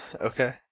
Okay